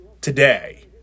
today